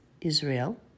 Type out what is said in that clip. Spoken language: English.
Israel